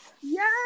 Yes